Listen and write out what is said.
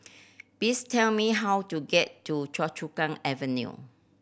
please tell me how to get to Choa Chu Kang Avenue